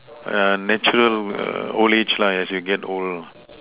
err natural err old age lah as you get old